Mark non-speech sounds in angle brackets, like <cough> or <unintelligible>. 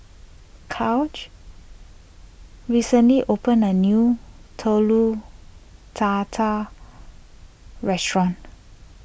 <unintelligible> recently opened a new Telur Dadah restaurant